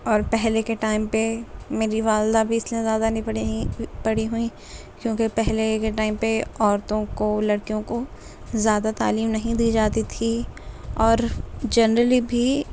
اور پہلے کے ٹائم پہ میری والدہ بھی اس لیے زیادہ نہیں پڑھی ہوئی کیونکہ پہلے کے ٹائم پہ عورتوں کو لڑکیوں کو زیادہ تعلیم نہیں دی جاتی تھی اور جنرلی بھی